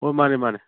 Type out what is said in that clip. ꯑꯣ ꯃꯥꯅꯦ ꯃꯥꯅꯦ